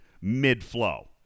mid-flow